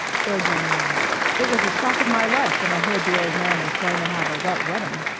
third young man it was the shock of my life when i heard the old man was going to have a wet wedding.